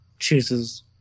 Chooses